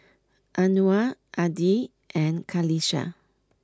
Anuar Adi and Qalisha